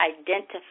Identify